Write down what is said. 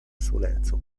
soleco